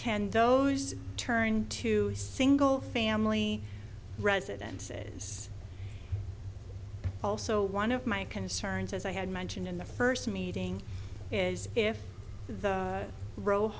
can those turned to single family residence is also one of my concerns as i had mentioned in the first meeting is if the ro